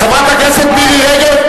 חברת הכנסת מירי רגב,